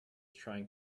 trying